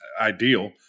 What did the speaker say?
ideal